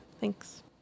Thanks